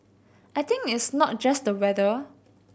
I think it's not just the weather